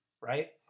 Right